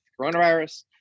coronavirus